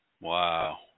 Wow